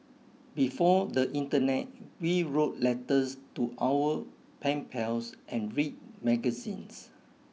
before the internet we wrote letters to our pen pals and read magazines